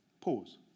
pause